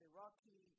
Iraqi